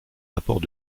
apport